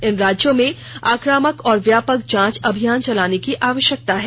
इन राज्यों में आक्रामक और व्यापक जांच अभियान चलाने की आवश्यकता है